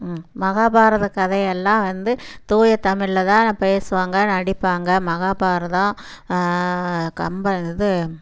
ம் மகாபாரத கதையெல்லாம் வந்து தூய தமிழில்தான் பேசுவாங்க நடிப்பாங்க மகாபாரதம் கம்பன் இது